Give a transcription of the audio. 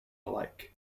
alike